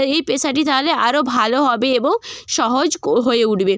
এই পেশাটি তালে আরও ভালো হবে এবং সহজ হয়ে উঠবে